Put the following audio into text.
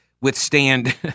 withstand